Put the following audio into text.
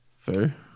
Fair